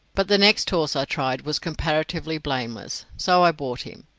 but the next horse i tried was comparatively blameless, so i bought him,